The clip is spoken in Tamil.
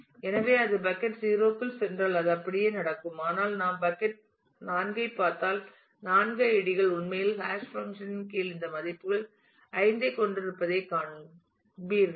எனவே அது பக்கட் 0 க்குள் சென்றால் அது அப்படியே நடக்கும் ஆனால் நாம் பக்கட் 4 ஐப் பார்த்தால் 4 ஐடிகள் உண்மையில் ஹாஷ் பங்க்ஷன் இன் கீழ் இந்த மதிப்பு 5 ஐக் கொண்டிருப்பதைக் காண்பீர்கள்